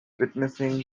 witnessing